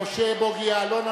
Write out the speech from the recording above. אבל זה לא יהיה בעוד שבועיים.